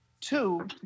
Two